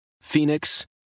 Phoenix